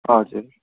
हजुर